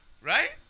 right